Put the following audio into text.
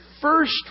first